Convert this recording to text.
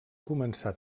començà